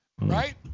right